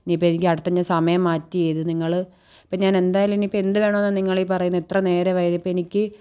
ഇനി ഇപ്പോൾ എനിക്ക് അടുത്ത് ഞാൻ സമയം മാറ്റി ഇത് നിങ്ങൾ ഇപ്പോൾ ഞാൻ എന്തായാലും ഇനി ഇപ്പോൾ എന്ത് വേണമെന്നാണ് നിങ്ങൾ ഈ പറയുന്നത് എത്ര നേരമായി ഇപ്പോൾ എനിക്ക്